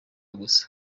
gusa